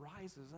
rises